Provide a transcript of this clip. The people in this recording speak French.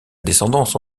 descendance